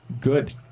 Good